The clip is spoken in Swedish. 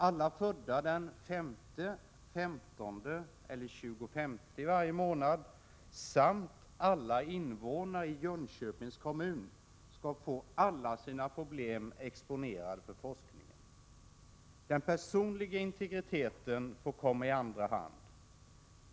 Alla som är födda den 5, 15 eller 25 samt alla invånare i Jönköpings kommun kommer att få uppleva att alla deras problem exponeras för forskningen. Den personliga integriteten får komma i andra hand.